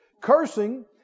Cursing